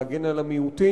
להגן על המיעוטים,